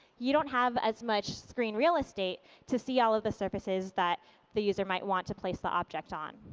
you don't have as much screen real estate to see all of the surfaces that the user might want to place the object on.